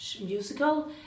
musical